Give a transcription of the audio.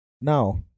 Now